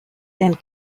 and